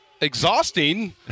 exhausting